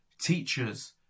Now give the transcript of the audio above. teachers